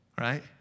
Right